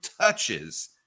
touches